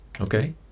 Okay